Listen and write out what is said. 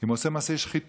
אם הוא עושה מעשי שחיתות.